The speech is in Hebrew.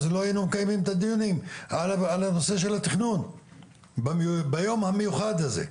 אז לא היינו מקיימים את הדיונים על הנושא של התכנון ביום המיוחד הזה.